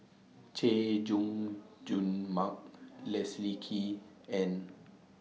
Chay Jung Jun Mark Leslie Kee and